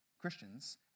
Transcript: Christians